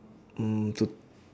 mm to